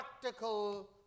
practical